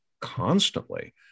constantly